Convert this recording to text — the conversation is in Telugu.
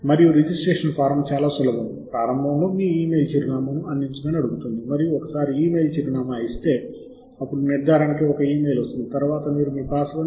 కాబట్టి మీరు ప్రక్రియను ప్రారంభించడానికి ముందు కొన్ని చెక్ లిస్ట్ మీరు నమోదు చేసుకోవడం స్కోపస్లో లాగిన్ మరియు పాస్వర్డ్